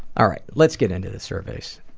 alright, let's get into the surveys.